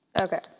okay